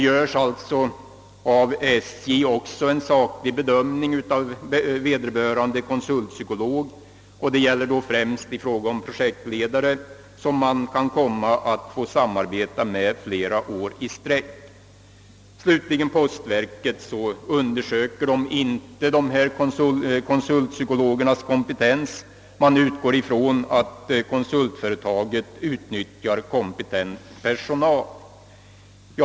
Vidare gör man en saklig bedömning av vederbörande konsultpsykolog, detta främst när det gäller försöksledare som man kan komma att få samarbeta med under flera år. Vad slutligen postverket angår undersöker man där inte konsultpsykologernas kompetens, utan man utgår från att konsultföretaget utnyttjar kompetent folk.